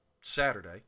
Saturday